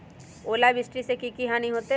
ओलावृष्टि से की की हानि होतै?